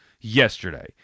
yesterday